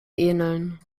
ähneln